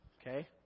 Okay